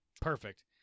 Perfect